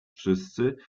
wszyscy